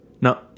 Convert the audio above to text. No